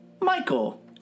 Michael